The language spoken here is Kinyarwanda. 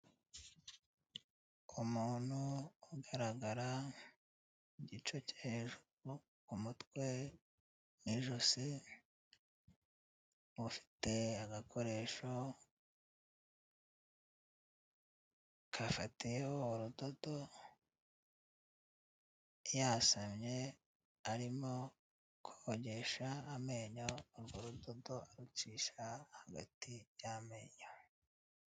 Umuntu ugaragara igice cyo hejuru ku mutwe n'ijosi, ufite agakoresho akafatiyeho urudodo, yasamye arimo kogesha amenyo urwo rudodo arucisha hagati y'amenyo.